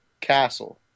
Castle